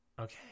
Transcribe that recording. Okay